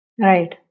right